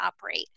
operate